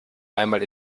einmal